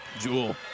Jewel